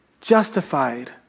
justified